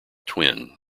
twin